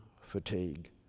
fatigue